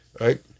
Right